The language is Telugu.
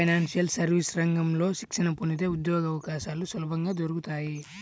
ఫైనాన్షియల్ సర్వీసెస్ రంగంలో శిక్షణ పొందితే ఉద్యోగవకాశాలు సులభంగా దొరుకుతాయి